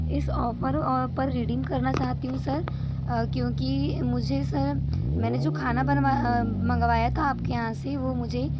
इस ऑफर पर रिडीम करना चाहती हूँ सर क्योंकि मुझे सर मैंने जो खाना बनवाया मँगवाया था आपके यहाँ से वो मुझे